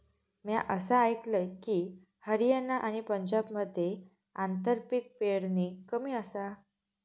म्या असा आयकलंय की, हरियाणा आणि पंजाबमध्ये आंतरपीक पेरणी कमी आसा